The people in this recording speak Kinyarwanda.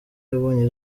yabonye